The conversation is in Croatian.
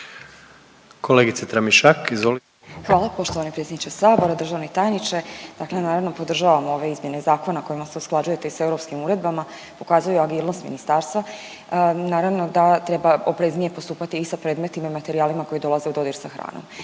Hvala poštovani predsjedniče Sabora, državni tajniče, dakle naravno, podržavamo ove izmjene zakona kojima se usklađujete i sa europskim uredbama. Pokazuje agilnost ministarstva, naravno da treba opreznije postupati i sa predmetima i materijalima koji dolaze u dodir sa hranom.